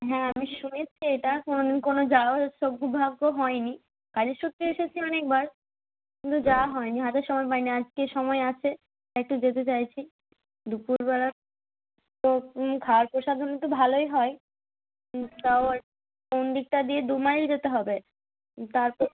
হ্যাঁ আমি শুনেছি এটা কোনো দিন কোনো যাওয়ার সৌভাগ্য হয়নি কাজের সূত্রে এসেছি অনেক বার কিন্তু যাওয়া হয়নি হাতে সময় পাইনি আজকে সময় আছে তাই একটু যেতে চাইছি দুপুরবেলা তো খাওয়ার প্রসাধনী তো ভালোই হয় তাও আর কি মন্দিরটা দিয়ে দু মাইল যেতে হবে তারপর